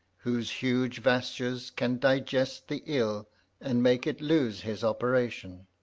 whose huge vastures can digest the ill and make it loose his operation?